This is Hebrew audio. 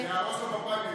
זה יהרוס לו את הפריימריז,